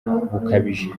bukabije